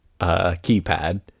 keypad